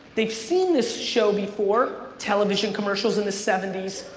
they've seen this show before. television commercials in the seventy s,